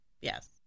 Yes